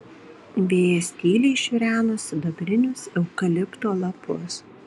vėjas tyliai šiureno sidabrinius eukalipto lapus